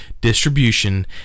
distribution